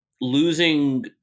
losing